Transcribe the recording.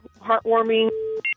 heartwarming